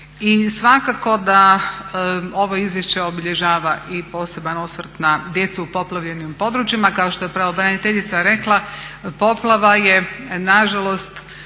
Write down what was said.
I svakako da ovo izvješće obilježava i poseban osvrt na djecu u poplavljenim područjima. Kao što je pravobraniteljica rekla, poplava je nažalost